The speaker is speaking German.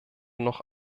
noch